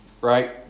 right